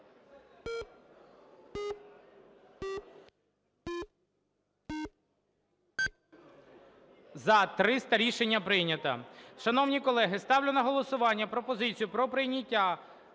За-300 Рішення прийнято.